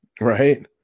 Right